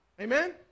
Amen